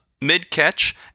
mid-catch